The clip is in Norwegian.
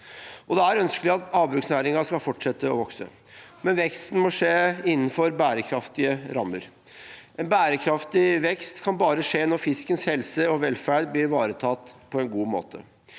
Det er ønskelig at havbruksnæringen skal fortsette å vokse, men veksten må skje innenfor bærekraftige rammer. En bærekraftig vekst kan bare skje når fiskens helse og velferd blir ivaretatt på en god måte.